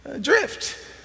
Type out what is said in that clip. drift